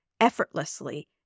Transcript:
effortlessly